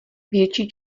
větší